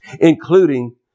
including